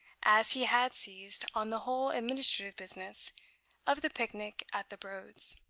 as he had seized on the whole administrative business of the picnic at the broads.